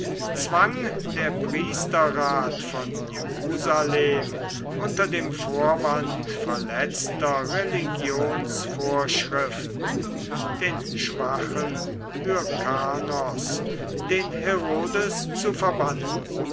zwang der priesterrat von jerusalem unter dem vorwand verletzter religionsvorschriften den schwachen hyrkanos den herodes zu verbannen